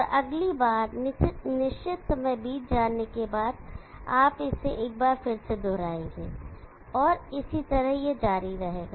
और अगली बार निश्चित समय बीत जाने के बाद आप इसे एक बार फिर से दोहराएंगे और इसी तरह यह जारी रहेगा